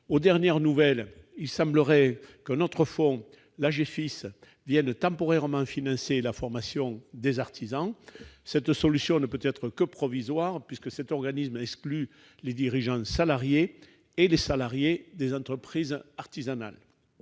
Aux dernières nouvelles, il semblerait qu'un autre fonds, l'Agefice, vienne temporairement financer la formation des artisans. Cette solution ne peut être que provisoire puisque cet organisme exclut les dirigeants salariés et les salariés des entreprises artisanales.